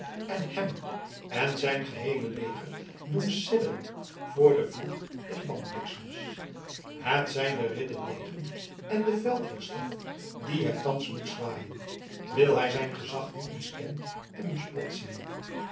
en hem en zijn geheele leger doen sidderen voor den vloek des banbliksems het zijn de ridderdegen en de veldheersstaf die hij thans moet zwaaien wil hij zijn gezag niet miskend en bespot zien